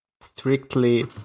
strictly